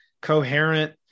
coherent